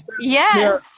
Yes